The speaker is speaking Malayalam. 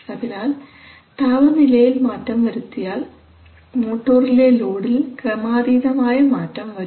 അതിനാൽ താപനിലയിൽ മാറ്റം വരുത്തിയാൽ മോട്ടോറിലെ ലോഡിൽ ക്രമാതീതമായ മാറ്റം വരും